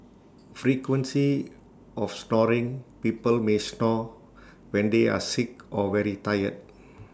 frequency of snoring people may snore when they are sick or very tired